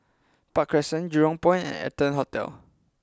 Park Crescent Jurong Point and Arton Hotel